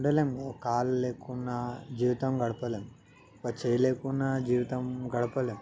ఉండలేము కదా కాళ్ళు లేకుండా జీవితం గడపలేము ఒక చెయ్యి చేయలేకున్నా జీవితం గడపలేము